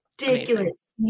ridiculous